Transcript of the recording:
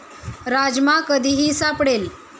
राजमा कधीही सापडेल